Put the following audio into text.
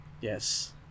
Yes